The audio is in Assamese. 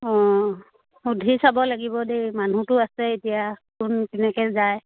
অঁ সুধি চাব লাগিব দেই মানুহতো আছে এতিয়া কোন কেনেকৈ যায়